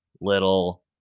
little